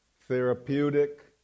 therapeutic